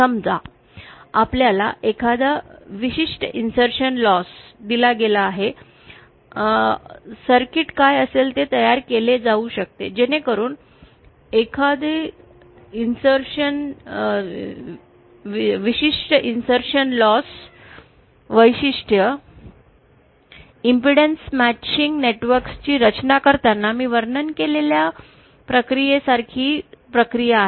समजा आपल्याला एखादी विशिष्ट इन्सर्शन लॉस दिली गेली आहे सर्किट काय असेल ते तयार केले जाऊ शकते जेणेकरून एखादी विशिष्ट इन्सर्शन लॉस वैशिष्ट्य इम्पेडन्स मॅचिंग नेटवर्क ची रचना करताना मी वर्णन केलेल्या प्रक्रियेसारखीच प्रक्रिया आहे